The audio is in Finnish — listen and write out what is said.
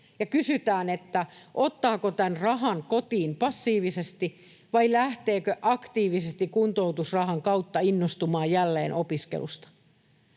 kysytään, ottaako tämän rahan kotiin passiivisesti vai lähteekö aktiivisesti kuntoutusrahan kautta innostumaan jälleen opiskelusta.